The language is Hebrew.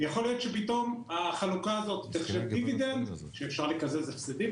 יכול להיות שפתאום החלוקה הזאת תיחשב דיבידנד שאפשר לקזז הפסדים